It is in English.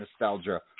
nostalgia